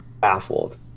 baffled